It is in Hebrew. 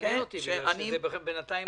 מעניין אותי, בגלל שבינתיים זה רק בגדר שמועה.